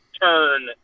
turn